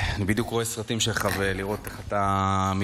אני בדיוק רואה סרטים שלך לראות איך אתה מתמודד,